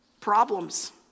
problems